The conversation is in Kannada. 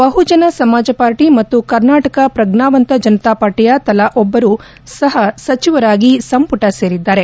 ಬಹುಜನ ಸಮಾಜ ಪಾರ್ಟ ಮತ್ತು ಕರ್ನಾಟ ಪ್ರಜ್ನಾವಂತ ಜನತಾ ಪಾರ್ಟಿಯ ತಲಾ ಒಬ್ಲರು ಸಹ ಸಚಿವರಾಗಿ ಸಂಪುಟ ಸೇರಿದ್ದಾರೆ